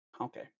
okay